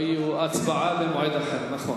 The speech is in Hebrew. ההצבעה במועד אחר, נכון.